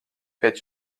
pēc